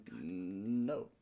No